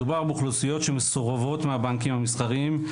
מדובר באוכלוסיות שמסורבות מהבנקים המסחריים.